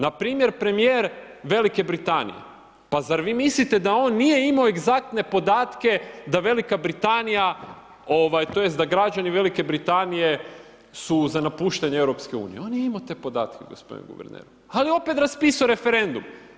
Npr. premijer Velike Britanije, pa zar vi mislite da on nije imao egzaktne podatke da Velika Britanija, tj. da građani VB su za napuštanje EU, on je imao te podatke gospodine guverneru, ali je opet raspisao referendum.